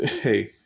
Hey